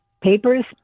papers